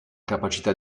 capacità